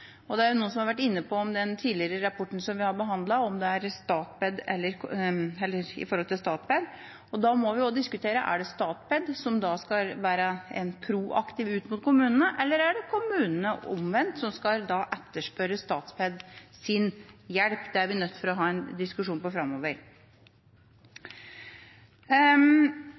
har forstått det. Det er noen som har vært inne på spørsmålet om Statped i forbindelse med behandlingen vår av den tidligere rapporten. Da må vi diskutere: Er det Statped som skal være proaktiv ut mot kommunene, eller er det kommunene omvendt som skal etterspørre hjelp fra Statped? Det må vi ha en diskusjon om framover. Behovet for å kunne være en